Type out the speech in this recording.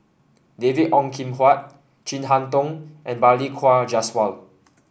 David Ong Kim Huat Chin Harn Tong and Balli Kaur Jaswal